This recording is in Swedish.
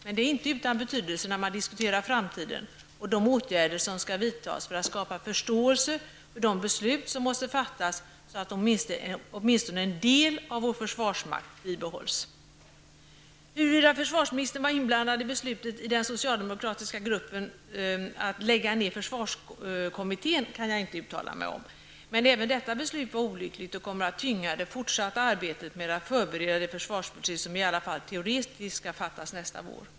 Men det är inte utan betydelse när man diskuterar framtiden och de åtgärder som skall vidtas för att skapa förståelse för de beslut som måste fattas, så att åtminstone en del av vår försvarsmakt bibehålls. Huruvida försvarsministern var inblandad i beslutet, i den socialdemokratiska gruppen, om att lägga ner försvarskommittén kan jag inte uttala mig om. Men även detta beslut var olyckligt och kommer att tynga det fortsatta arbetet med att förbereda det försvarsbeslut som i alla fall teoretiskt skall fattas nästa vår.